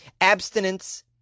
Abstinence